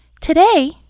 Today